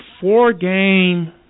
four-game